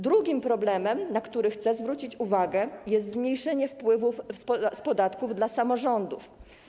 Drugim problemem, na który chcę zwrócić uwagę, jest zmniejszenie wpływów z podatków dla samorządów.